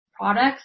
products